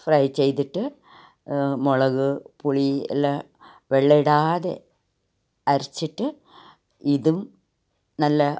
fry ചെയ്തിട്ട് മുളക് പുളി എല്ലാം വെള്ളമിടാതെ അരച്ചിട്ട് ഇതും നല്ല